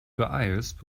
beeilst